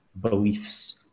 beliefs